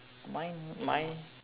mine my